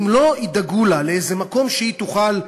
אם לא ידאגו לה לאיזה מקום שהיא תוכל,